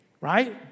right